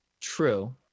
True